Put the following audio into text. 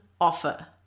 offer